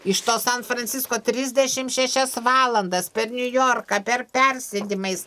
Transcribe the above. iš to san francisko trisdešim šešias valandas per niujorką per persėdimais